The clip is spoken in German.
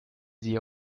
sie